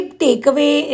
takeaway